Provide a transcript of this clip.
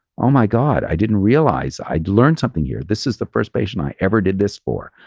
oh my god, i didn't realize i learned something here. this is the first patient i ever did this for.